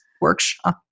workshop